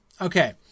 Okay